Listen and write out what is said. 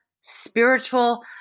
spiritual